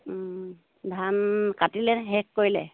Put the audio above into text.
ধান কাটিলে শেষ কৰিলে